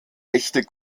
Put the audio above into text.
echte